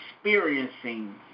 experiencing